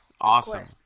Awesome